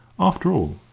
after all,